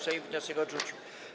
Sejm wniosek odrzucił.